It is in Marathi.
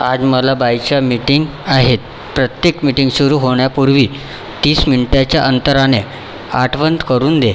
आज मला बाह्यच्या मिटिंग आहेत प्रत्येक मिटिंग सुरू होण्यापूर्वी तीस मिनिटाच्या अंतराने आठवण करून दे